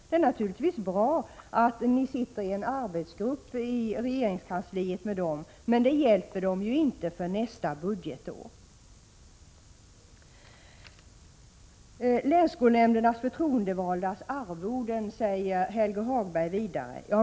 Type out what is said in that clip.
Det är naturligtvis bra att ni sitter tillsammans med organisationen i en arbetsgrupp i regeringskansliet, men det hjälper ju den inte för nästa budgetår. Länsskolnämndernas förtroendevaldas arvoden nämner Helge Hagberg vidare.